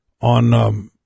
on